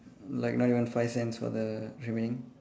like not even five cents for the remaining